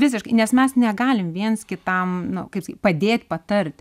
visiškai nes mes negalim viens kitam nu kaip sakyt padėt patart